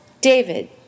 david